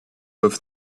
have